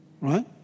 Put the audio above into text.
Right